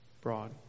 broad